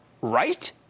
right